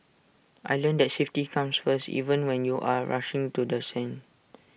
I learnt that safety comes first even when you are rushing to the scene